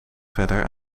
verder